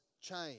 change